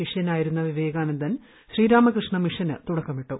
ശിഷ്യനായിരുന്ന വിവേകാനന്ദൻ ശ്രീരാമകൃഷ്ണ മിഷന് തുടക്കമിട്ടു